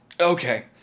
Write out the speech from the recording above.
okay